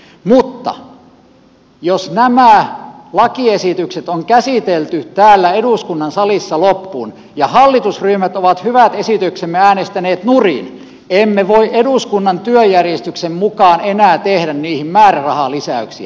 mutta jos nämä lakiesitykset on käsitelty täällä eduskunnan salissa loppuun ja hallitusryhmät ovat hyvät esityksemme äänestäneet nurin emme voi eduskunnan työjärjestyksen mukaan enää tehdä niihin määrärahalisäyksiä